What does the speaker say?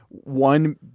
one